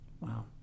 Wow